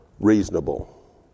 reasonable